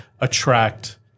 attract